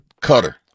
Cutter